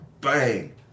bang